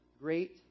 great